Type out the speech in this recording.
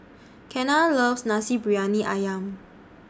Kenna loves Nasi Briyani Ayam